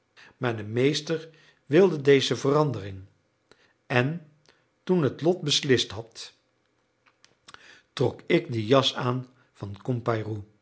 maar de meester wilde deze verandering en toen het lot beslist had trok ik de jas aan van